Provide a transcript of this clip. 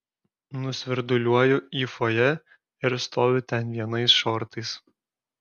nusvirduliuoju į fojė ir stoviu ten vienais šortais